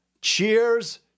Cheers